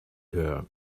her